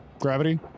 Gravity